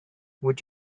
would